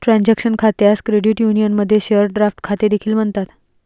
transaction खात्यास credit युनियनमध्ये share draft खाते देखील म्हणतात